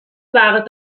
war